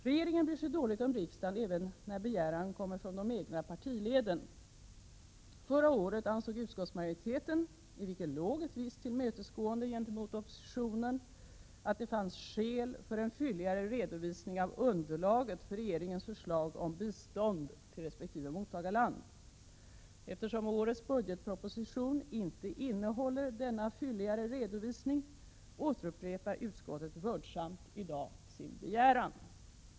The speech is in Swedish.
Regeringen bryr sig dåligt om riksdagen, även när en begäran kommer från de egna partileden. Förra året ansåg utskottsmajoriteten, i vilket låg ett visst tillmötesgående gentemot oppositionen, att det fanns skäl för en fylligare redovisning av underlaget för regeringens förslag om bistånd till resp. mottagarland. Eftersom årets budgetproposition inte innehåller någon fylligare redovisning, återupprepar utskottet vördsamt i dag sin begäran.